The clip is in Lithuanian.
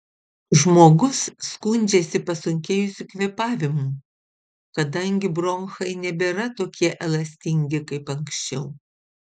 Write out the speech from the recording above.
žmogus skundžiasi pasunkėjusiu kvėpavimu kadangi bronchai nebėra tokie elastingi kaip anksčiau